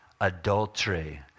adultery